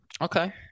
Okay